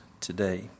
today